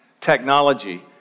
technology